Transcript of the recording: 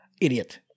Idiot